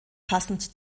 passend